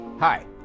Hi